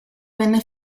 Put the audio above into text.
venne